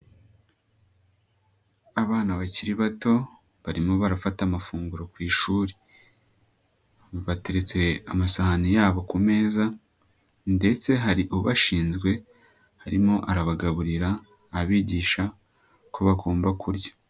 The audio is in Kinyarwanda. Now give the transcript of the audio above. Abana bakiri bato barimo barafata amafunguro ku ishuri, bateretse amasahani yabo ku meza ndetse hari ubashinzwe arimo arabagaburira abigisha ko bagomba kurya.